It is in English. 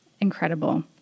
incredible